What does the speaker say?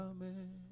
Amen